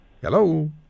Hello